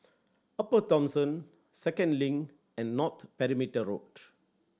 Upper Thomson Second Link and North Perimeter Road